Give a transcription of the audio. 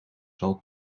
zal